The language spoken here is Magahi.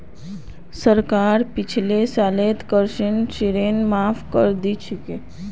सरकार पिछले सालेर कृषि ऋण माफ़ करे दिल छेक